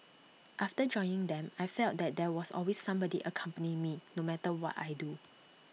after joining them I felt that there was always somebody accompanying me no matter what I do